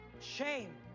Shame